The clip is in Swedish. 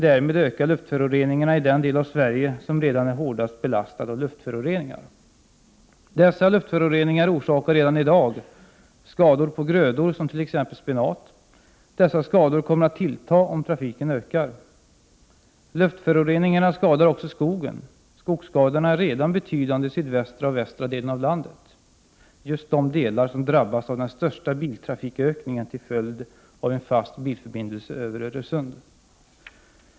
Därmed ökar luftföroreningarna i den del av Sverige som redan är hårdast belastad av luftföroreningar. Dessa luftföroreningar orsakar redan i dag skador på grödor som t.ex. spenat. Dessa skador kommer att tillta om trafiken ökar. Luftföroreningarna skadar också skogen. Skogsskadorna är redan betydande i sydvästra och västra delen av landet, just de delar som drabbas av den största biltrafikökningen till följd av en fast bilförbindelse över Öresund.